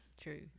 True